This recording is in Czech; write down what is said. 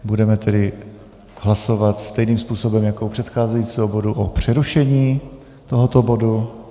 Budeme tedy hlasovat stejným způsobem jako u předcházejícího bodu o přerušení tohoto bodu.